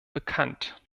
bekannt